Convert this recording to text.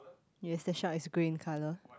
yes the shark is green colour